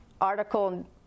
Article